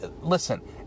Listen